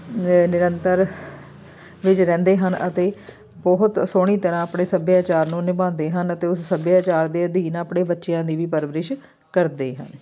ਨਿਰੰਤਰ ਵਿੱਚ ਰਹਿੰਦੇ ਹਨ ਅਤੇ ਬਹੁਤ ਸੋਹਣੀ ਤਰ੍ਹਾਂ ਆਪਣੇ ਸੱਭਿਆਚਾਰ ਨੂੰ ਨਿਭਾਉਂਦੇ ਹਨ ਅਤੇ ਉਸ ਸੱਭਿਆਚਾਰ ਦੇ ਅਧੀਨ ਆਪਣੇ ਬੱਚਿਆਂ ਦੀ ਵੀ ਪਰਵਰਿਸ਼ ਕਰਦੇ ਹਨ